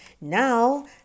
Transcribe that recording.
Now